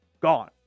gone